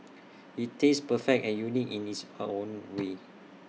IT tastes perfect and unique in its own way